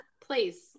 Please